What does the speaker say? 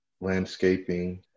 landscaping